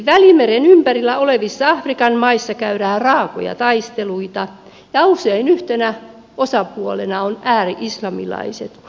välimeren ympärillä olevissa afrikan maissa käydään raakoja taisteluita ja usein yhtenä osapuolena ovat ääri islamilaiset